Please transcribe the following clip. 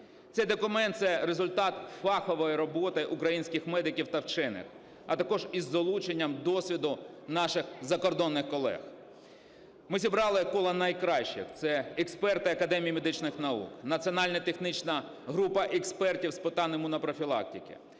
Цей документ – це результат фахової роботи українських медиків та вчених, а також із залученням досвіду наших закордонних колег. Ми зібрали коло найкращих: це експерти Академії медичних наук, Національно-технічна група експертів з питань імунопрофілактики,